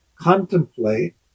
contemplate